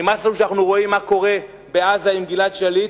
נמאס לנו כשאנחנו רואים מה קורה בעזה עם גלעד שליט.